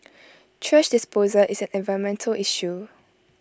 thrash disposal is an environmental issue